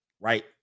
right